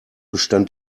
bestand